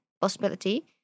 possibility